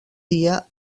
dia